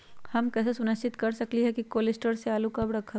हम कैसे सुनिश्चित कर सकली ह कि कोल शटोर से आलू कब रखब?